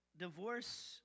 Divorce